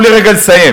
תנו לי רגע לסיים.